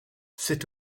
sut